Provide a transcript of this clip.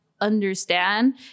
understand